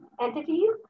entities